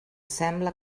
sembla